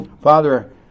Father